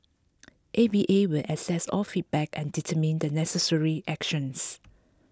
A V A will assess all feedback and determine the necessary actions